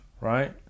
right